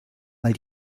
weil